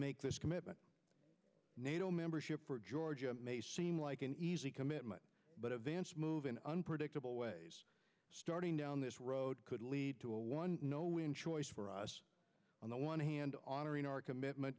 make this commitment nato membership for georgia may seem like an easy commitment but events move in unpredictable ways starting down this road could lead to a one no win choice for us on the one hand on or in our commitment